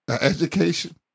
education